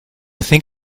think